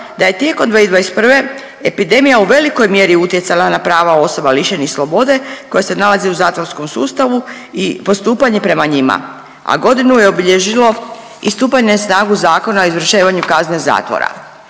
da je tijekom 2021. epidemija u velikoj mjeri utjecala na prava osoba lišenih slobode koje se nalaze u zatvorskom sustavu i postupanje prema njima, a godinu je obilježilo i stupanje na snagu Zakona o izvršavanju kazne zatvora.